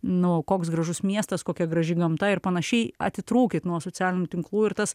nu koks gražus miestas kokia graži gamta ir panašiai atitrūkit nuo socialinių tinklų ir tas